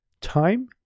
Time